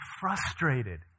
frustrated